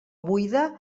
buida